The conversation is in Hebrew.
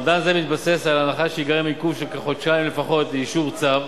אומדן זה מתבסס על ההנחה שייגרם עיכוב של כחודשיים לפחות באישור הצו,